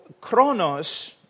chronos